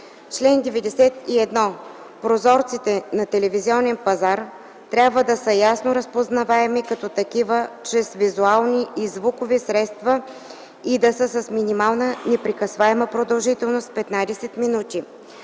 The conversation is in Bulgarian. „Чл. 91. Прозорците за телевизионен пазар трябва да са ясно разпознаваеми като такива чрез визуални и звукови средства и да са с минимална непрекъсваема продължителност 15 минути.”